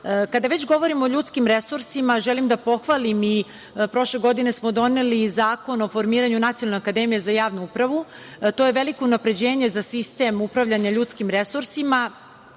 već govorimo o ljudskim resursima, želim da pohvalim i prošle godine smo doneli Zakon o formiranju nacionalne akademije za javnu upravu. To je veliko unapređenje za sistem upravljanja ljudskim resursima.